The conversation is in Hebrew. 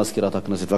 ברשות היושב-ראש,